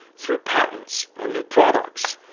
through patents, and new products,